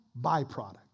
byproduct